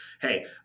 Hey